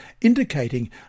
indicating